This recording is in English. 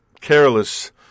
careless